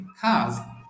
cars